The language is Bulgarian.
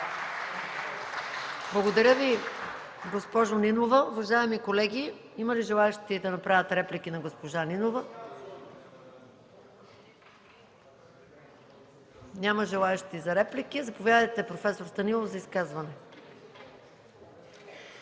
Благодаря Ви, госпожо Нинова. Уважаеми колеги, има ли желаещи да направят реплики на госпожа Нинова? Няма желаещи. Заповядайте, проф. Станилов, за изказване.